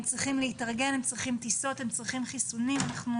הם צריכים להתארגן עם טיסות, עם חיסונים ואנחנו